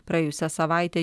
praėjusią savaitę